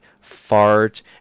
fart